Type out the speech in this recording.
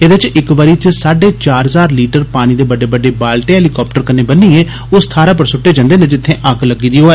एदे च इक बारी च साड्डे चार हजार लीटर पानी दे बड्डे बालटे हैलीकाप्टर कन्नै बन्निए उस थारै पर सुष्टे जन्दे न जित्थे अग्ग लग्गी दी होऐ